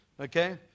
Okay